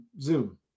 Zoom